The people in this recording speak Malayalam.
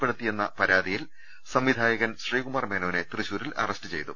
പ്പെടുത്തിയെന്ന പരാതിയിൽ സംവിധായകൻ ശ്രീകുമാർ മേനോനെ തൃശൂ രിൽ അറസ്റ്റ് ചെയ്തു